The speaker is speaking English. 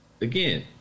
again